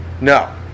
No